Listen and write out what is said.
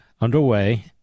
underway